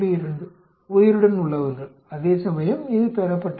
2 உயிருடன் உள்ளவர்கள் அதேசமயம் இது பெறப்பட்டவை